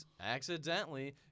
accidentally